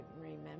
remember